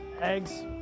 eggs